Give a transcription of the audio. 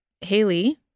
Haley